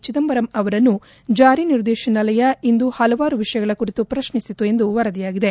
ಚಿದಂಬರಂ ಅವರನ್ನು ಜಾರಿ ನಿರ್ದೇಶನಾಲಯ ಇಂದು ಪಲವಾರು ವಿಷಯಗಳ ಕುರಿತು ಪ್ರಶ್ನಿಸಿತು ಎಂದು ವರದಿಯಾಗಿದೆ